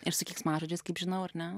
ir su keiksmažodžiais kaip žinau ar ne